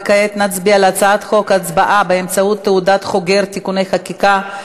וכעת נצביע על הצעת חוק הצבעה באמצעות תעודת חוגר (תיקוני חקיקה),